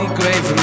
grave